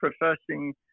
professing